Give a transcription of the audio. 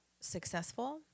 successful